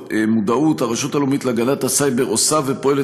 הרשות הלאומית להגנת הסייבר עושה ופועלת